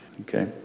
okay